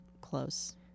close